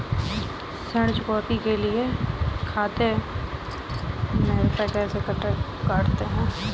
ऋण चुकौती के लिए खाते से रुपये कैसे कटते हैं?